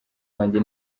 wanjye